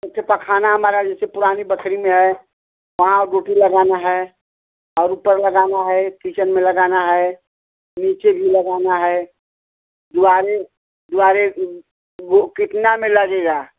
जैसे पखाना हमारा जैसे पुरानी बखरी में है वहाँ बूटी लगाना है और ऊपर लगाना है किचन में लगाना है नीचे भी लगाना है दीवारे दीवारे वो कितना में लगेगा